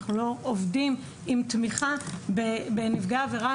אנחנו לא עובדים עם תמיכה בנפגעי עבירה